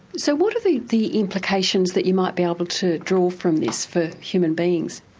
so what are the the implications that you might be able to draw from this for human beings?